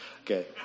okay